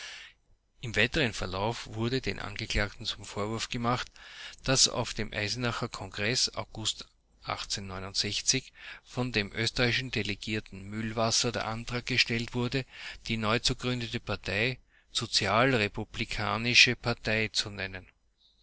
im weiteren verlauf wurde den angeklagten zum vorwurf gemacht daß auf dem eisenacher kongreß august von dem österreichischen delegierten mühlwasser der antrag gestellt wurde die neu zu gründende partei sozialrepublikanische partei zu nennen